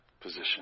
position